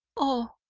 oh,